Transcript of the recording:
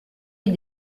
est